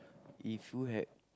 if you had